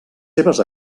seves